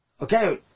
Okay